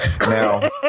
Now